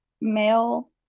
male